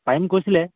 পাৰিম কৈছিলে